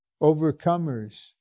overcomer's